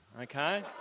Okay